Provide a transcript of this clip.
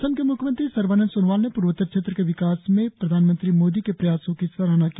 असम के म्ख्यमंत्री सर्बानंद सोनोवाल ने पूर्वोत्तर क्षेत्र के विकास में प्रधानमंत्री मोदी के प्रयासों की सराहना की